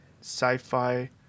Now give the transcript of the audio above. sci-fi